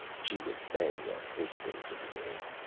she was mae at this stage of the game.